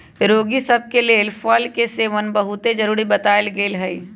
रोगि सभ के लेल फल के सेवन बहुते जरुरी बतायल गेल हइ